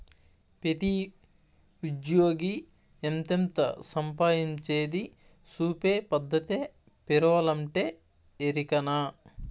పెతీ ఉజ్జ్యోగి ఎంతెంత సంపాయించేది సూపే పద్దతే పేరోలంటే, ఎరికనా